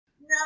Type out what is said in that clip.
No